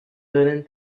learning